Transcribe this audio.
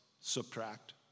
Subtract